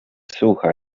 słuchał